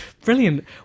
Brilliant